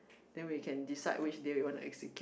then we can decide which day we want to execute